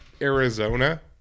arizona